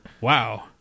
Wow